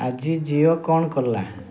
ଆଜି ଜିଓ କ'ଣ କଲା